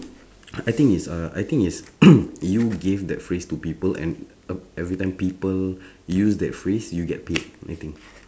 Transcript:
I think it's uh I think it's you gave that phrase to people and every time people use that phrase you get paid I think